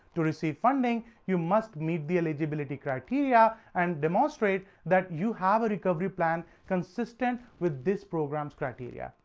to receive funding, you must meet the eligibility criteria and demonstrate that you have a recovery plan consistent with this program's criteria.